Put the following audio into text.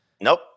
Nope